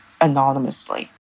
anonymously